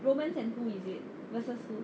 romans and who is it versus who